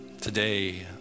Today